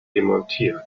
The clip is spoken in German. demontiert